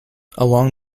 along